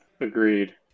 Agreed